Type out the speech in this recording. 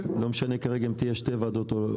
לא משנה כרגע אם יהיו שתי ועדות,